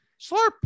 slurp